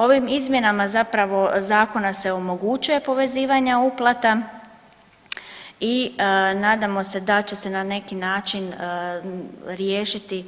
Ovim izmjenama zapravo zakona se omogućuje povezivanje uplata i nadamo se da će se na neki način riješiti